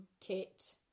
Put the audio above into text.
Kit